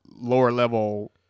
lower-level